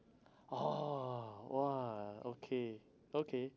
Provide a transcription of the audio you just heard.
oh !wah! okay okay